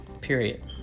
period